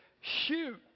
shoot